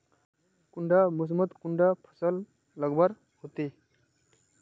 कुंडा मोसमोत कुंडा फसल लगवार होते?